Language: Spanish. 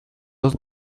dos